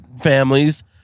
families